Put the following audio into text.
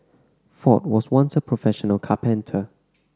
ford was once a professional carpenter